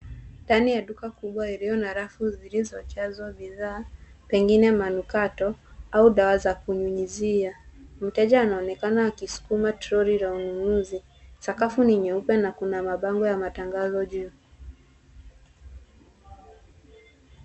Ndani ya duka kubwa ilio na rafu zilizojazwa bidhaa pengine manukato au dawa za kunyunyizia. Mteja anaonekana akisukuma troli la ununuzi. Sakafu ni nyeupe na kuna mabango ya matangazo juu.